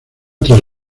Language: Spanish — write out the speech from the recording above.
tras